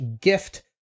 gift